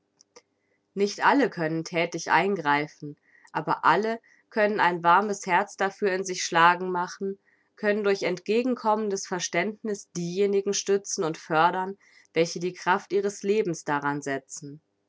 nicht alle können thätig eingreifen aber alle können ein warmes herz dafür in sich schlagen machen können durch entgegenkommendes verständniß diejenigen stützen und fördern welche die kraft ihres lebens daran setzen